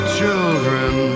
children